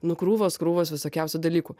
nu krūvos krūvos visokiausių dalykų